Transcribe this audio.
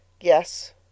Yes